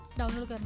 download